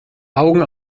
augen